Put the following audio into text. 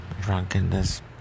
drunkenness